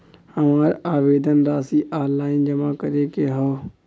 हमार आवेदन राशि ऑनलाइन जमा करे के हौ?